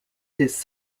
this